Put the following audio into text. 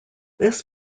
this